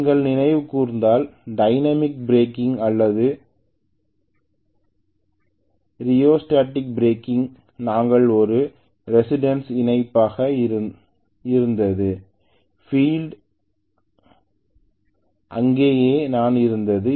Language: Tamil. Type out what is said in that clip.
நீங்கள் நினைவு கூர்ந்தால் டைனமிக் பிரேக்கிங் அல்லது ரியோஸ்டேடிக் பிரேக்கிங்கில் நாங்கள் ஒரு ரேசிஸ்டன்ஸ் இணைப்பதாக இருந்தது பீல்டு அங்கேயே தான் இருந்தது